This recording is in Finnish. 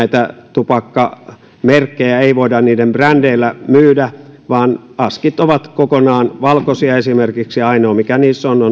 tupakkamerkkejä ei voida niiden brändeillä myydä vaan askit ovat kokonaan valkoisia ainoa mitä niissä on